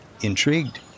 intrigued